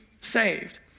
saved